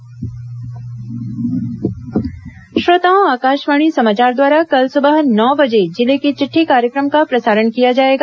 जिले की चिट्ठी श्रोताओं आकाशवाणी समाचार द्वारा कल सुबह नौ बजे जिले की चिट्ठी कार्यक्रम का प्रसारण किया जाएगा